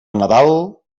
nadal